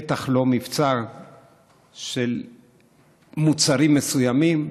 בטח לא מבצע של מוצרים מסוימים,